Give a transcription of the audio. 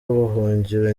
ubuhungiro